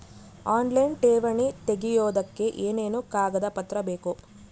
Online ಠೇವಣಿ ತೆಗಿಯೋದಕ್ಕೆ ಏನೇನು ಕಾಗದಪತ್ರ ಬೇಕು?